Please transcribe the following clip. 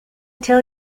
tell